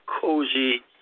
cozy